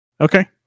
Okay